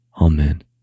Amen